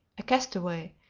a castaway,